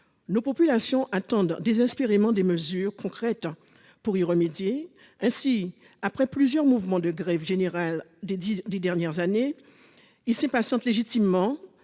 nos populations attendent désespérément des mesures concrètes pour y remédier ! Après les différents mouvements de grève générale de ces dernières années, elles s'impatientent légitimement